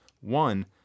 One